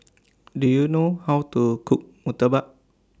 Do YOU know How to Cook Murtabak